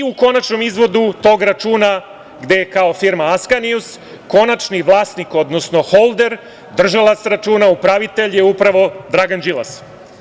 U konačnom izvodu tog računa, gde je kao firma „Askanijus“ konačni vlasni, odnosno holder, držalac računa, upravitelj je upravo Dragan Đilas.